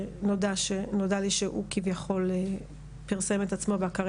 שנודע לי שהוא כביכול פרסם את עצמו באתרי